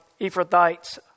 Ephrathites